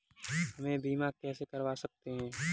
हम बीमा कैसे करवा सकते हैं?